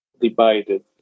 divided